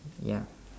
ya